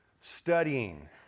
studying